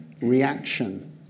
reaction